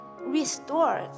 restored